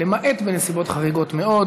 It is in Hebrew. למעט בנסיבות חריגות מאוד.